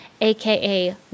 AKA